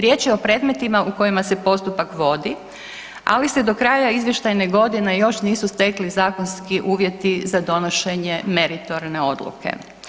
Riječ je o predmetima u kojima se postupak vodi, ali se do kraja izvještajne godine još nisu stekli zakonski uvjeti za donošenje meritorne odluke.